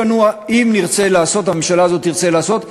אם הממשלה הזאת תרצה לעשות,